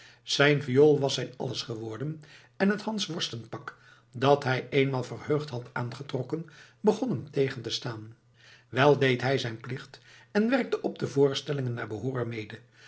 zijn viool was zijn alles geworden en het hansworstenpak dat hij eenmaal verheugd had aangetrokken begon hem tegen te staan wel deed hij zijn plicht en werkte op de voorstellingen naar behooren mede